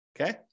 Okay